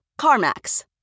CarMax